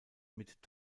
mit